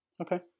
Okay